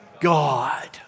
God